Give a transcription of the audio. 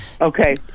Okay